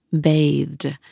bathed